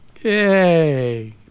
Yay